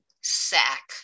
sack